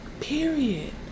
period